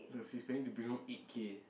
plus he's planning to bring home eight-K